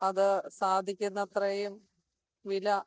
അത് സാധിക്കുന്നത്രയും വില